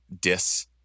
dis